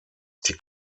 die